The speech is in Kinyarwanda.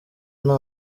nta